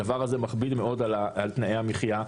הדבר הזה מכביד מאוד על תנאי המחיה בכלא,